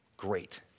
great